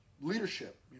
leadership